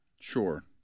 Sure